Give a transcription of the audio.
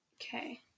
Okay